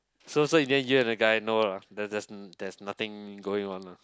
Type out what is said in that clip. so so in the end you and the guy no lah there's there's there's nothing going on lah